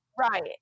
Right